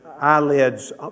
eyelids